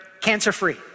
cancer-free